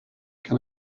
can